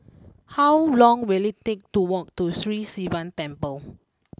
how long will it take to walk to Sri Sivan Temple